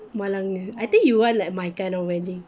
malangnya I think you want like my kind of wedding